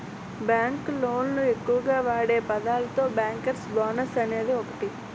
bank లోళ్ళు ఎక్కువగా వాడే పదాలలో బ్యేంకర్స్ బోనస్ అనేది ఒకటి